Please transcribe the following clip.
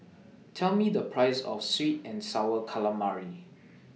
Tell Me The Price of Sweet and Sour Calamari